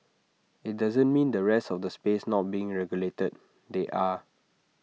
IT doesn't mean the rest of the space not being regulated they are